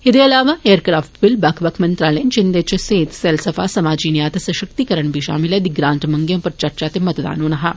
एदे इलावा aircraft bill बक्ख बक्ख मंत्रालयें जिन्दे च सेहत सैलसफा समाजी न्याय ते सशक्तिकरण बी शामल ऐ दी ग्रांट मंगें पर चर्चा ते मतदान होना हा